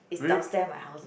is downstair my house